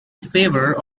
favor